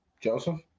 Joseph